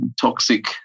toxic